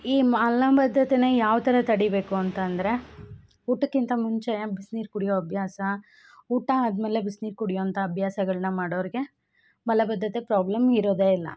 ಈ ಮಲಬದ್ದತೆ ಯಾವ ಥರ ತಡಿಬೇಕು ಅಂತ ಅಂದರೆ ಊಟಕ್ಕಿಂತ ಮುಂಚೆ ಬಿಸಿನೀರ್ ಕುಡಿಯೋ ಅಭ್ಯಾಸ ಊಟ ಆದಮೇಲೆ ಬಿಸಿನೀರ್ ಕುಡಿಯೊಂಥ ಅಭ್ಯಾಸಗಳ್ನ ಮಾಡೋರ್ಗೆ ಮಲಬದ್ಧತೆ ಪ್ರಾಬ್ಲಮ್ ಇರೋದೆ ಇಲ್ಲ